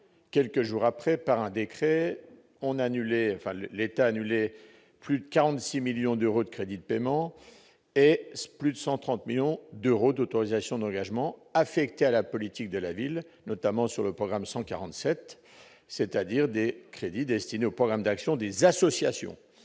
Quelques jours après, par un décret, l'État annulait plus de 46 millions d'euros de crédits de paiement et plus de 130 millions d'euros d'autorisations d'engagement affectés à la politique de la ville, notamment sur le programme 147, c'est-à-dire des crédits destinés aux programmes d'actions des associations